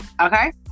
Okay